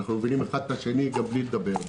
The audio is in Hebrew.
אנחנו מבינים האחד את השני גם בלי לדבר.